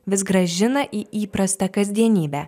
vis grąžina į įprastą kasdienybę